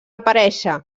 aparèixer